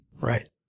Right